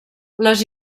les